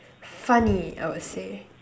funny I would say